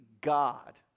God